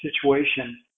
situation